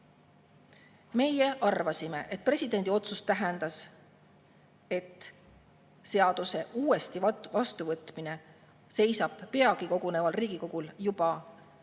Meie arvasime, et presidendi otsus tähendas, et seaduse uuesti vastuvõtmine seisab peagi koguneval Riigikogul juba kevadel